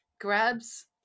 grabs